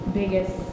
biggest